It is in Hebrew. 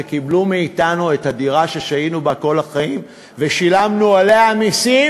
שקיבלו מאתנו את הדירה ששהינו בה כל החיים ושילמנו עליה מסים,